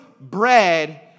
bread